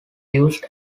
used